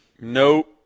No